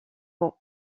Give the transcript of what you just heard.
pour